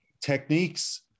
techniques